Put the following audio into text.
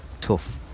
tough